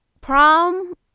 Prom